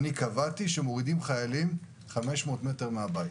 קבעתי שמורידים חיילים 500 מטר מהבית.